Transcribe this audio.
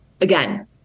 again